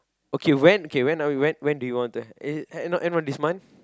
okay when okay when are we when when do you to have eh no end of this month